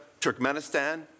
Turkmenistan